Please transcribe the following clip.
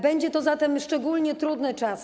Będzie to zatem szczególnie trudny czas.